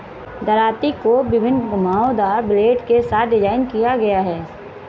दरांती को विभिन्न घुमावदार ब्लेड के साथ डिज़ाइन किया गया है